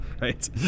right